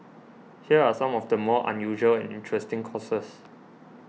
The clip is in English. here are some of the more unusual and interesting courses